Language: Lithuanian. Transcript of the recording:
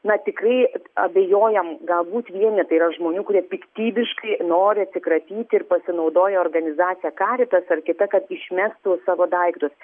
na tikrai abejojam galbūt vienetai yra žmonių kurie piktybiškai nori atsikratyti ir pasinaudoja organizacija karitas ar kita kad išmestų savo daiktus